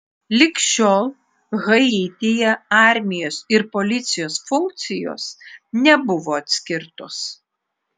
lig šiol haityje armijos ir policijos funkcijos nebuvo atskirtos